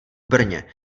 brně